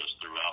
throughout